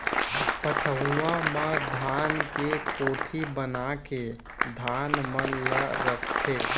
पटउहां म धान के कोठी बनाके धान मन ल रखथें